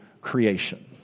creation